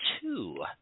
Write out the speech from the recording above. two